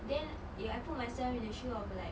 then if I put myself in the shoe of like